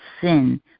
sin